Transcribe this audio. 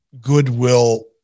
goodwill